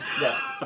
Yes